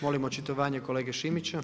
Molim očitovanje kolege Šimića.